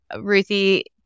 Ruthie